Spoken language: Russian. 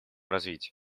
развития